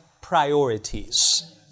priorities